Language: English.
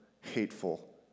hateful